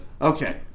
Okay